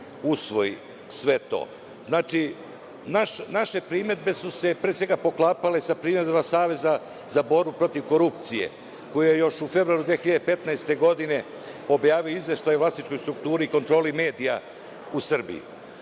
usvoji sve to. Znači, naše primedbe su se pre svega poklapale za primedbama Saveza za borbu protiv korupcije koji je još u februaru 2015. godine objavio izveštaj o vlasničkoj strukturi i kontroli medija u Srbiji. Po